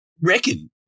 Reckon